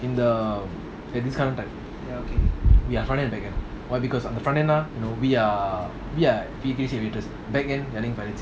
in the at this kind of time we are front end and back end why because we are we are back end financing